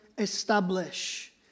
Establish